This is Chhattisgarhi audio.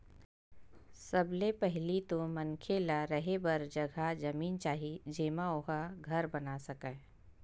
सबले पहिली तो मनखे ल रेहे बर जघा जमीन चाही जेमा ओ ह घर बना सकय